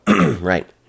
right